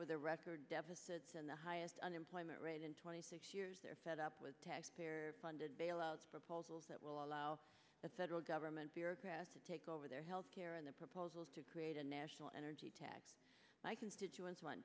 their record deficits and the highest unemployment rate in twenty six years they are fed up with taxpayer funded bailouts proposals that will allow the federal government bureaucrats to take over their health care in the proposals to create a national energy tax my constituents want